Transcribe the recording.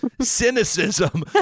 cynicism